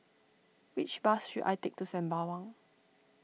which bus should I take to Sembawang